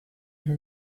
her